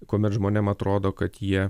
kuomet žmonėm atrodo kad jie